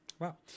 wow